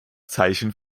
zeichen